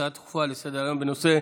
הצעות דחופות לסדר-היום בנושא: